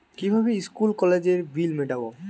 কিভাবে স্কুল কলেজের বিল মিটাব?